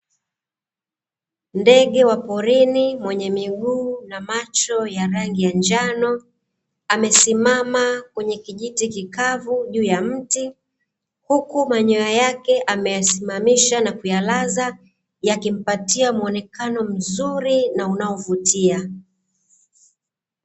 Ndege wa porini mwenye miguu na macho ya rangi ya njano amesimama kwenye kijiti kikavu juu ya mti, huku manyoya yake ameyasimamisha na kuyalaza yakimpatia muonekano mzuri na unaovutia.